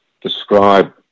describe